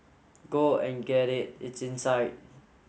go and get it it's inside